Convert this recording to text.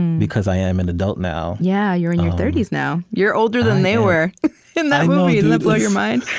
because i am an adult now yeah, you're in your thirty s now. you're older than they were in that movie. doesn't that blow your mind?